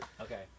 Okay